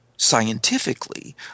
scientifically